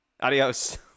Adios